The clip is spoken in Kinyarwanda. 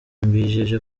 mbijeje